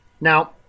Now